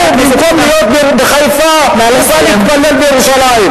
הוא, במקום להיות בחיפה הוא בא להתפלל בירושלים.